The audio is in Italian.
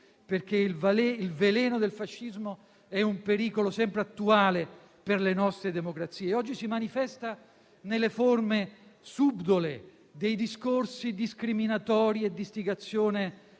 perché il veleno del fascismo è un pericolo sempre attuale per le nostre democrazie. Oggi si manifesta nelle forme subdole dei discorsi discriminatori e di istigazione